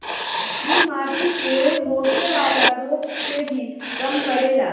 इ माटी से होखेवाला रोग के भी कम करेला